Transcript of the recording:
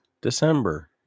December